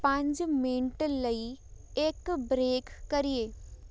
ਪੰਜ ਮਿੰਟ ਲਈ ਇੱਕ ਬਰੇਕ ਕਰੀਏ